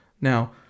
now